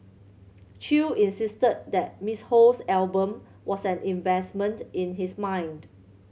Chew insisted that Miss Ho's album was an investment in his mind